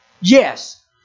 Yes